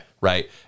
right